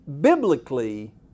biblically